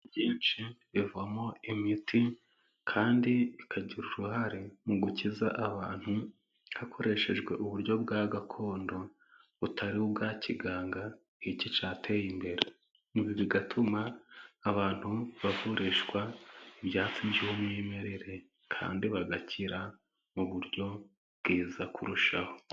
Ibyinshi bivamo imiti kandi ikagira uruhare mu gukiza abantu hakoreshejwe uburyo bwa gakondo butari ubwa kiganga, nicyo cyateye imbere ibi bituma abantu bavurishwa ibyatsi by'umwimerere kandi bagakira mu buryo bwiza kurushaho.